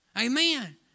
Amen